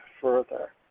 further